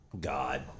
God